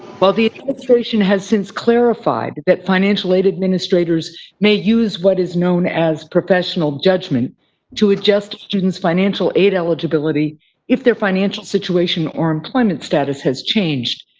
while the administration has since clarified that financial aid administrators may use what is known as professional judgment to adjust students' financial aid eligibility if their financial situation or employment status has changed,